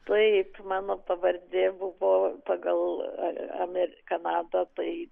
taip mano pavardė buvo pagal amer kanadą tai